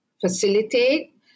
facilitate